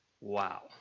Wow